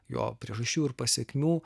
jo priežasčių ir pasekmių